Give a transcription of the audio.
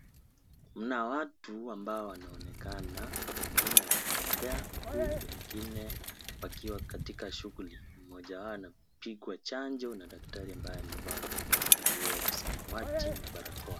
Mna watu ambao wanaonekana ,wengine wakitembea huku wengine wakiwa katika shughuli, mojawapo anapigwa chanjo na daktari ambaye amevaa nguo ya samawati na barakoa.